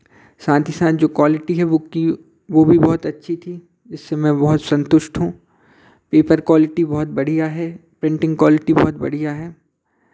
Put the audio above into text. साथ ही साथ जो क्वालिटी है बुक की वो भी बहुत अच्छी थी इससे मैं बहुत संतुष्ट हूँ पेपर क्वालिटी बहुत बढ़ियाँ हैं प्रिंटिंग क्वालिटी बहुत बढ़ियाँ हैं